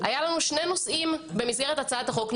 היו לנו שני נושאים במסגרת הצעת החוק.